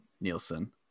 Nielsen